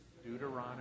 Deuteronomy